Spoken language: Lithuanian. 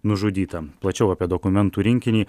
nužudyta plačiau apie dokumentų rinkinį